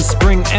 Spring